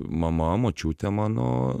mama močiutė mano